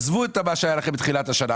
עזבו מה שהיה לכם בתחילת השנה.